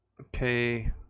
Okay